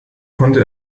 konnte